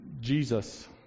Jesus